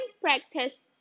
practice